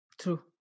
true